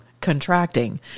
contracting